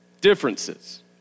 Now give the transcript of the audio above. differences